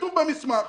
כתוב במסמך: